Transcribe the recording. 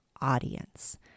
audience